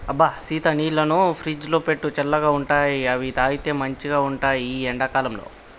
అబ్బ సీత నీళ్లను ఫ్రిజ్లో పెట్టు చల్లగా ఉంటాయిఅవి తాగితే మంచిగ ఉంటాయి ఈ ఎండా కాలంలో